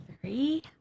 three